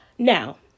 Now